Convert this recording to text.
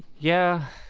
yeah.